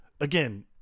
again